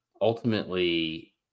ultimately